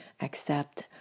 accept